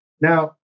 Now